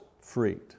freed